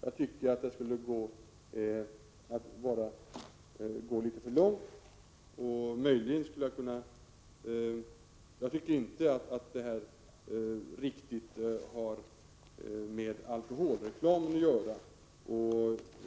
Jag tycker att det skulle vara att gå litet för långt. Jag tycker inte att detta har med alkoholreklam att göra.